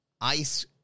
ice